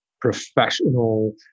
professional